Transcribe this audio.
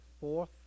fourth